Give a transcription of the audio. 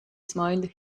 smiled